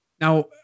Now